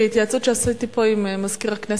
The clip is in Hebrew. בהתייעצות שעשיתי פה עם מזכיר הכנסת,